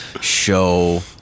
Show